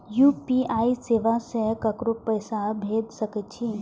UPI सेवा से ककरो पैसा भेज सके छी?